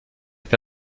est